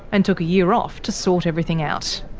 and took a year off to sort everything out.